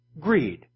greed